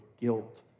guilt